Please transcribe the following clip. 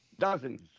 Dozens